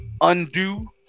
undo